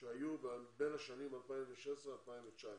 שהיו בין השנים 2016 ל-2019.